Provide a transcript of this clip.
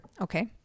okay